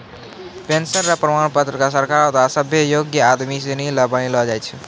pension र प्रमाण पत्र क सरकारो द्वारा सभ्भे योग्य आदमी सिनी ल बनैलो जाय छै